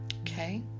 Okay